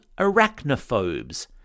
arachnophobes